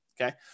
okay